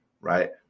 right